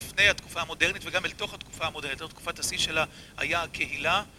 לפני התקופה המודרנית וגם אל תוך התקופה המודרנית, זאת תקופת השיא שלה, היה הקהילה.